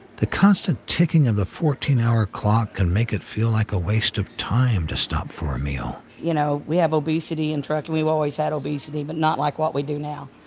the constant ticking of the fourteen hour clock can make it feel like a waste of time to stop for a meal. you know, we have obesity in trucking, we've always had obesity but not like what we do now.